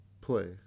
play